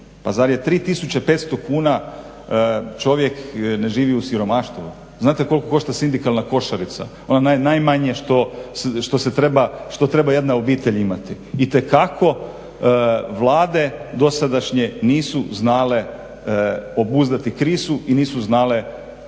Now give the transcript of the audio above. Pa zar je 3500 kuna čovjek ne živi u siromaštvu? Znate koliko košta sindikalna košarica? Ono najmanje što treba jedna obitelj imati? Itekako vlade dosadašnje nisu znale obuzdati krizu i nisu znale